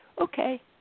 okay